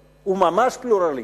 פלורליסט, הוא ממש פלורליסט,